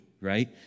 right